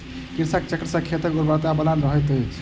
कृषि चक्र सॅ खेतक उर्वरता बनल रहैत अछि